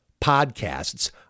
Podcasts